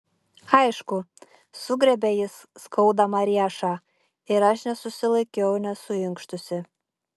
aišku sugriebė jis skaudamą riešą ir aš nesusilaikiau nesuinkštusi